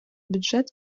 бюджет